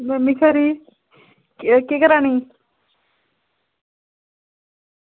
नमीं सरी एह् केह् करानी